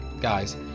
guys